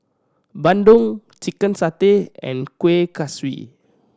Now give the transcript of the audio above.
bandung chicken satay and Kuih Kaswi